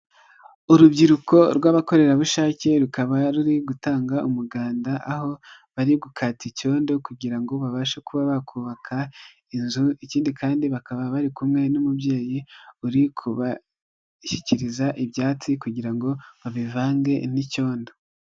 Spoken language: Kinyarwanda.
Urubyiruko rw'abakorerabushake rukaba ruri gutanga umuganda, aho bari gukata icyondo kugira ngo babashe kuba bakubaka inzu, ikindi kandi bakaba bari kumwe n'umubyeyi uri kubashyikiriza ibyatsi kugira ngo babivange n'icyondo.